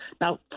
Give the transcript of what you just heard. now